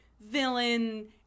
villain